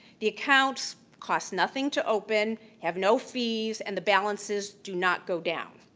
the account cost nothing to open, have no fees and the balances do not go down.